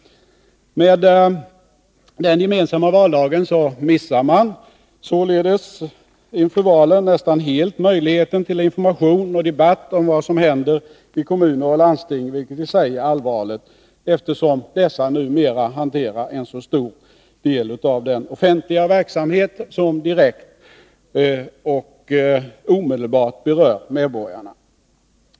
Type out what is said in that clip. Med den gemensamma valdagen missar man således inför valen nästan helt möjligheten till information och debatt om vad som händer i kommuner och landsting, vilket i sig är allvarligt, eftersom dessa församlingar numera hanterar en så stor del av den offentliga verksamhet som direkt berör medborgarna.